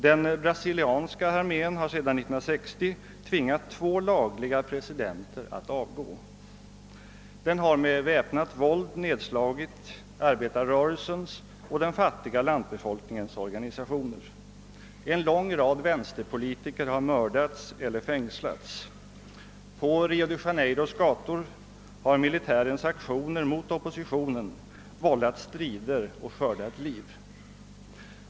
Den brasilianska armén har sedan år 1960 tvingat två lagliga presidenter att avgå. Den har med väpnat våld nedslagit arbetarrörelsens och den fattiga lantbefolkningens organisationer. En lång rad vänsterpolitiker har mördats eller fängslats. På Rio de Janeiros gator har militärens aktioner mot oppositionen vållat strider och skördat liv.